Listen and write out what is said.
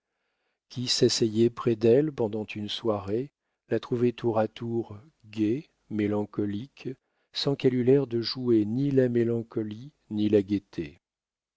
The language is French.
qui s'asseyait près d'elle pendant une soirée la trouvait tour à tour gaie mélancolique sans qu'elle eût l'air de jouer ni la mélancolie ni la gaieté